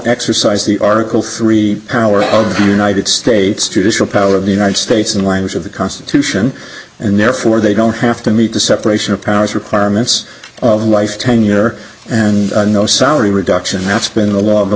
exercise the article three power of the united states judicial power of the united states and language of the constitution and therefore they don't have to meet the separation of powers requirements of life tenure and no salary reduction that's been a lot of